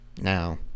now